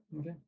Okay